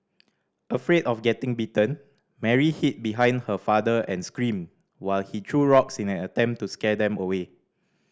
afraid of getting bitten Mary hid behind her father and screamed while he threw rocks in an attempt to scare them away